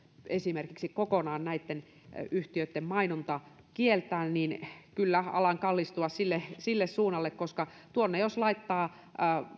esimerkiksi kokonaan näitten yhtiöitten mainonta kieltää niin kyllä alan kallistua sille sille suunnalle koska tuonne googleen jos laittaa